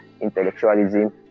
intellectualism